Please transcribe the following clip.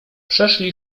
przeszli